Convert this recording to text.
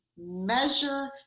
measure